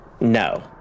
No